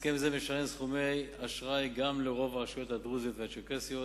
לפי הסכם זה משולמים סכומי אשראי גם לרוב הרשויות הדרוזיות והצ'רקסיות.